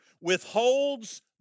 withholds